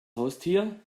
haustier